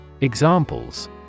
Examples